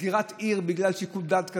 סגירת עיר בגלל שיקול דעת כזה,